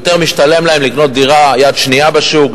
יותר משתלם להם לקנות דירה יד שנייה בשוק,